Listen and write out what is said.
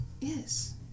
Yes